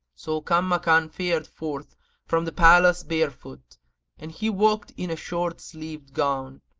so kanmakan fared forth from the palace barefoot and he walked in a short sleeved gown,